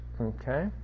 Okay